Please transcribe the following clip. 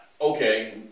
Okay